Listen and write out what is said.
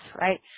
right